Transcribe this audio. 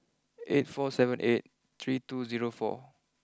eight four seven eight three two zero four